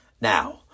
Now